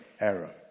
error